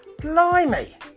Blimey